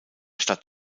stadt